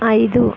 ఐదు